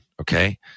okay